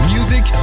Music